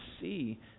see